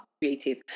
creative